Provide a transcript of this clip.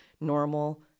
normal